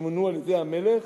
שמונו על-ידי המלך,